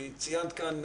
כי ציינת כאן,